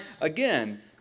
again